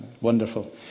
Wonderful